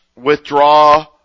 Withdraw